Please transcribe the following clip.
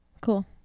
cool